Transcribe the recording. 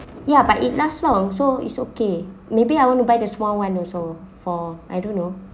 ya but it last long so is okay maybe I want to buy the small [one] also for I don't know